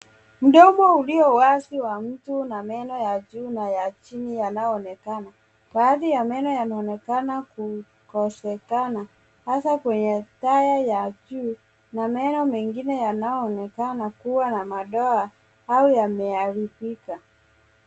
Mdomo ulio wazi wa mtu na meno ya juu na ya chini yanaoonekana. Baadhi ya meno yanaonekana kukosekana hasa katika taya ya juu na meno mengine yanayoonekana kuwa na madoa au yameharibika.